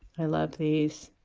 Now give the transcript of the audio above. i love these